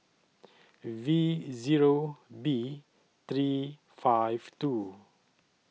V Zero B three five two